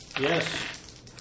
Yes